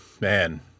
man